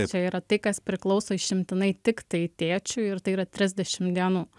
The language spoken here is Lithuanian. čia yra tai kas priklauso išimtinai tiktai tėčiui ir tai yra trisdešimt dienų